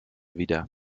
wieder